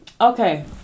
Okay